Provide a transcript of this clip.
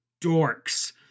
dorks